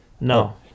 no